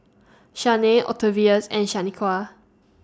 Shanae Octavius and Shaniqua